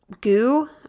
Goo